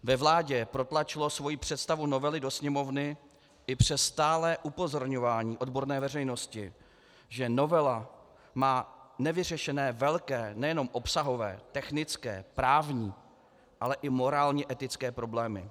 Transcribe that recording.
Ve vládě protlačilo svoji představu novely do Sněmovny i přes stálé upozorňování odborné veřejnosti, že novela má nevyřešené velké nejenom obsahové, technické, právní, ale i morálně etické problémy.